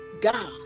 God